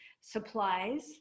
supplies